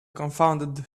confounded